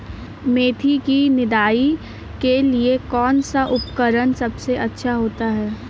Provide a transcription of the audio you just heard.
मेथी की निदाई के लिए कौन सा उपकरण सबसे अच्छा होता है?